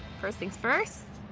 first things first,